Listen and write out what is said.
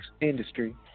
industry